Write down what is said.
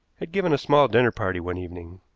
had given a small dinner party one evening.